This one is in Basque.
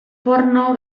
porno